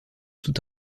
tout